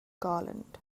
garland